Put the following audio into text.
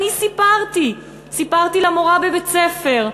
אני סיפרתי למורה בבית-ספר,